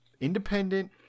Independent